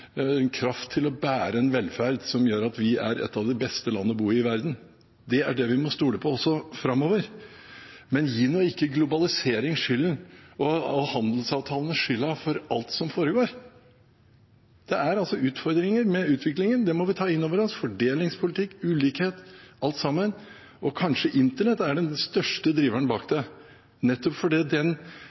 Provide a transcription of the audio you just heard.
kraft til bære en velferd som gjør at Norge er et av de beste land å bo i i verden. Det må vi stole på også framover. Men gi ikke globalisering og handelsavtaler skylden for alt som foregår! Det er utfordringer med utviklingen. Det må vi ta inn over oss. Fordelingspolitikk, ulikhet, alt sammen – og kanskje internett er den største driveren bak